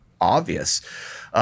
obvious